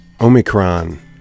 Omicron